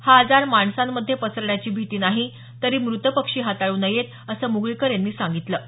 हा आजार माणसांमध्ये पसरण्याची भीती नाही तरी मृत पक्षी हाताळू नयेत असं मुगळीकर यांनी सांगितलं आहे